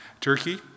Turkey